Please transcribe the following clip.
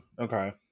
Okay